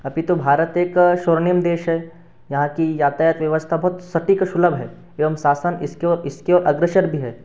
अभी तो भारत एक स्वर्णिम देश है यहाँ की यातायात व्यवस्था बहोत सटीक और सुलभ है एवं शासन इसके ओ इसके ओर अग्रसर भी है